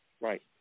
Right